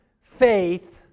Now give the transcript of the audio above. faith